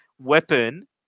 weapon